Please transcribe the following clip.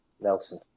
Nelson